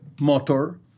motor